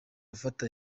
afata